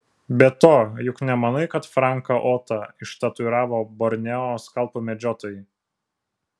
be to juk nemanai kad franką otą ištatuiravo borneo skalpų medžiotojai